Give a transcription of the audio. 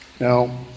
Now